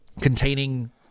containing